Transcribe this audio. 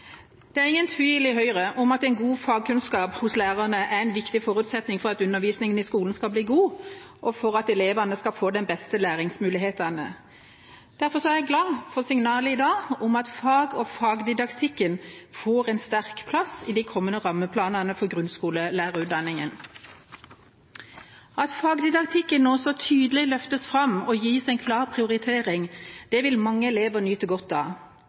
Det er ingen tvil i Høyre om at god fagkunnskap hos lærerne er en viktig forutsetning for at undervisningen i skolen skal bli god, og for at elevene skal få de beste læringsmulighetene. Derfor er jeg glad for signalet i dag om at fag og fagdidaktikken får en sterk plass i de kommende rammeplanene for grunnskolelærerutdanningen. At fagdidaktikken nå så tydelig løftes fram og gis en klar prioritering, vil mange elever nyte godt av.